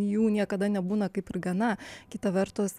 jų niekada nebūna kaip ir gana kita vertus